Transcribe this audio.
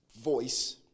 voice